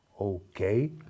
Okay